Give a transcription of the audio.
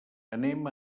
anem